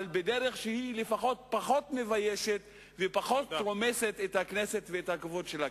אבל בדרך שהיא פחות מביישת ופחות רומסת את הכנסת ואת הכבוד של הכנסת.